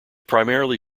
primarily